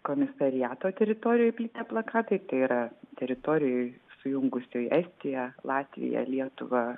komisariato teritorijoje paplitę plakatai tai yra teritorijoje sujungusioj estiją latviją lietuvą